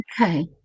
Okay